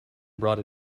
brought